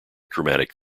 dramatic